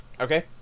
Okay